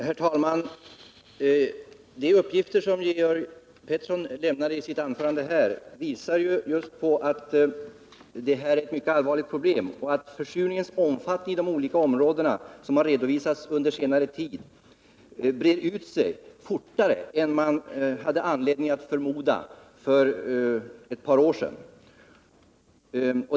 Herr talman! De uppgifter som Georg Pettersson lämnade i sitt anförande visar just att detta är ett mycket allvarligt problem och att, vilket har redovisats under senare tid, försurningen i de olika områdena har brett ut sig fortare än man hade anledning att förmoda för ett par år sedan.